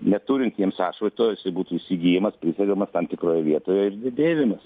neturintiems atšvaito jisai būtų įsigyjamas prisegamas tam tikroje vietoje ir dėvimas